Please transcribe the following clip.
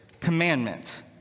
commandment